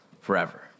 forever